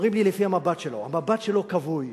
אומרים לי: לפי המבט שלו, המבט שלו כבוי,